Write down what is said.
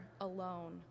alone